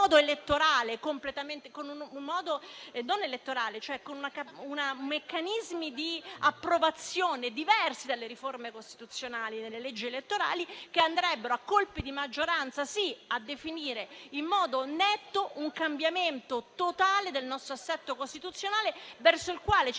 verrebbero articolati con meccanismi di approvazione diversi dalle riforme costituzionali nelle leggi elettorali, che andrebbero - a colpi di maggioranza - a definire in modo netto un cambiamento totale del nostro assetto costituzionale, verso il quale ci